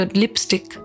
lipstick